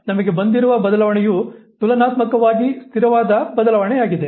ಆದ್ದರಿಂದ ನಮಗೆ ಬಂದಿರುವ ಬದಲಾವಣೆಯು ತುಲನಾತ್ಮಕವಾಗಿ ಸ್ಥಿರವಾದ ಬದಲಾವಣೆಯಾಗಿದೆ